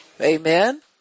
Amen